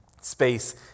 space